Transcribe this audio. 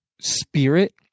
spirit